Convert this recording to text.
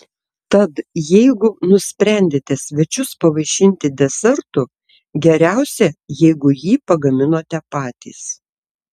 tad jeigu nusprendėte svečius pavaišinti desertu geriausia jeigu jį pagaminote patys